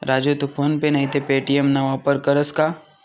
राजू तू PhonePe नैते Paytm ना वापर करस का?